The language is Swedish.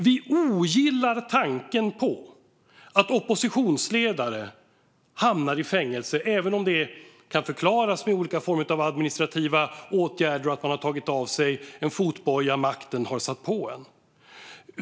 Vi ogillar tanken på att oppositionsledare hamnar i fängelse, även om det kan förklaras med olika former av administrativa åtgärder och att man har tagit av sig en fotboja makten har satt på en.